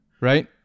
Right